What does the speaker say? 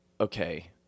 okay